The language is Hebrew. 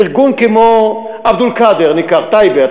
ארגון כמו עבד אל-קאדר, ניקח, בטייבה.